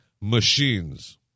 Machines